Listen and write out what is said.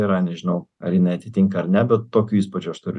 yra nežinau ar jinai atitinka ar ne bet tokio įspūdžio aš turiu